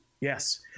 Yes